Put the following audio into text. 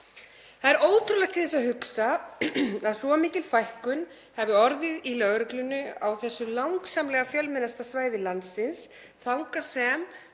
Það er ótrúlegt til þess að hugsa að svo mikil fækkun hafi orðið í lögreglunni á þessu langsamlega fjölmennasta svæði landsins þangað sem